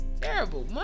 terrible